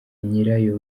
nyirayo